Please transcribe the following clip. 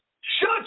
Shut